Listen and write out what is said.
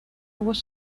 was